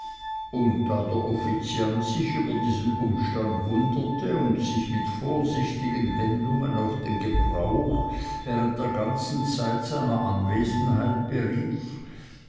da der offiziant sich über diesen umstand wunderte und sich mit vorsichtigen wendungen auf den gebrauch während der ganzen zeit seiner anwesenheit berief